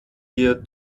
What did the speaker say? wir